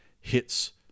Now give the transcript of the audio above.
hits